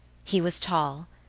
he was tall,